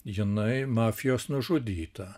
jinai mafijos nužudyta